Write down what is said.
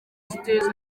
ziteza